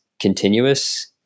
continuous